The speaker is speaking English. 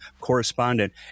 correspondent